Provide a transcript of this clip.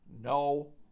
No